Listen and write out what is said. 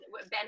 Ben